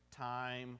time